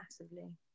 Massively